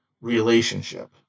relationship